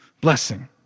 blessing